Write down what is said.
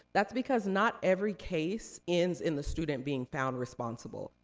that's because not every case ends in the student being found responsible.